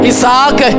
Isaac